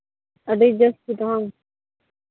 ᱟᱹᱰᱤ ᱡᱟᱹᱥᱛᱤ ᱵᱟᱝ